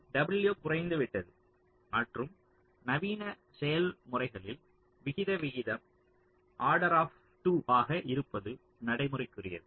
W குறைந்துவிட்டது மற்றும் நவீன செயல்முறைகளில் விகித விகிதம் ஆர்டர் ஆப் 2 ஆக இருப்பது நடைமுறைக்குரியது